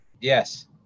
Yes